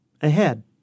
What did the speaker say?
ahead